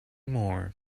more